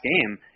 game